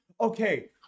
Okay